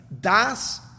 Das